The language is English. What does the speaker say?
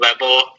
level